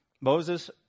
moses